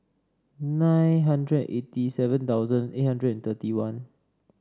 nine hundred eighty seven thousand eight hundred and thirty one